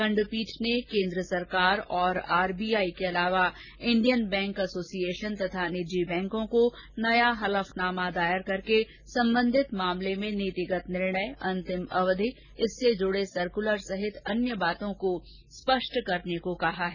खंडपीठ ने केंद्र सरकार और आरबीआई के अलावा इंडियन बैंक एसोसिएशन तथा निजी बैंकों को नया हलफनामा दायर करके संबंधित मामले में नीतिगत निर्णय अंतिम अवधि इससे जुड़े सर्कुलर सहित अन्य बातों को स्पष्ट करने को कहा है